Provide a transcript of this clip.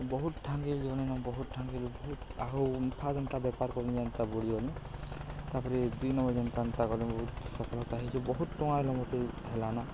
ବହୁତ ଠାଙ୍ଗଲିନେ ବହୁତ ଠାଙ୍ଗ ବହୁତ ଆହୁୁଫା ଯେନ୍ତା ବେପାର କରିନି ଯେନ୍ତା ବୁ଼ଅନି ତାପରେ ଦୁଇ ନମ୍ବର ଯେନ୍ତା ଏନ୍ତା କରିଲେ ବହୁତ ସଫଳତା ହେଇ ଯେ ବହୁତ ଟଙ୍କା ଅନୁମିତି ହେଲାନ